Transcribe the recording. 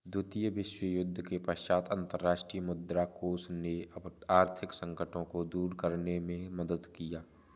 द्वितीय विश्वयुद्ध के पश्चात अंतर्राष्ट्रीय मुद्रा कोष ने आर्थिक संकटों को दूर करने में मदद किया